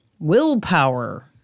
Willpower